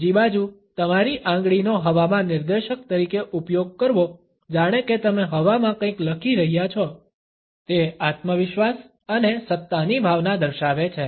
બીજી બાજુ તમારી આંગળીનો હવામાં નિર્દેશક તરીકે ઉપયોગ કરવો જાણે કે તમે હવામાં કંઈક લખી રહ્યા છો તે આત્મવિશ્વાસ અને સત્તાની ભાવના દર્શાવે છે